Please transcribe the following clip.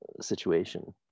situation